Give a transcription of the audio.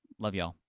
love you all,